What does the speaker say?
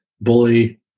bully